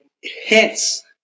hints